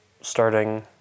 starting